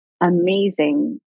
amazing